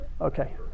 Okay